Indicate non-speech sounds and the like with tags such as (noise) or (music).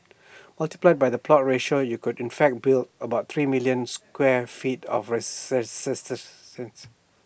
multiplied by the plot ratio you could in fact build about three million square feet of (unintelligible)